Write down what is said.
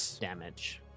damage